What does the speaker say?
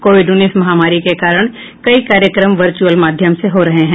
Covid उन्नीस महामारी के कारण कई कार्यक्रम वर्चुअल माध्यम से हो रहे हैं